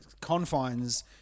confines